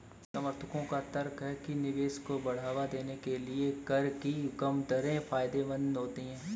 समर्थकों का तर्क है कि निवेश को बढ़ावा देने के लिए कर की कम दरें फायदेमंद हैं